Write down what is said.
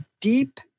deep